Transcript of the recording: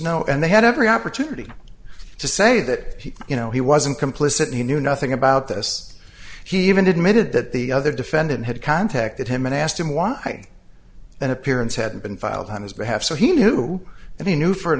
no and they had every opportunity to say that you know he wasn't complicit he knew nothing about this he even admitted that the other defendant had contacted him and asked him why an appearance had been filed his behalf so he knew and he knew for an